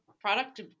product